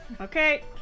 okay